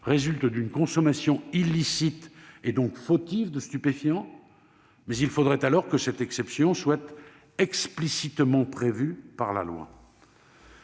résulte d'une consommation illicite, et donc fautive, de stupéfiants ? Il faudrait alors que cette exception soit explicitement prévue par la loi !